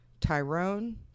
Tyrone